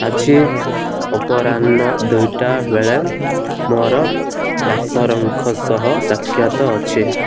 ଆଜି ଅପରାହ୍ନ ଦୁଇଟା ବେଳେ ମୋର ଡାକ୍ତରଙ୍କ ସହ ସାକ୍ଷାତ ଅଛି